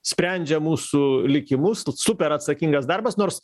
sprendžia mūsų likimus tad super atsakingas darbas nors